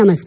नमस्कार